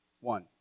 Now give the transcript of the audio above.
One